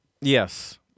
Yes